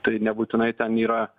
tai nebūtinai ten yra